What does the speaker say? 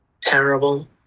Terrible